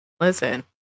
Listen